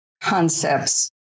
concepts